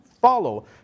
follow